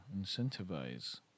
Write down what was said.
Incentivize